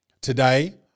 Today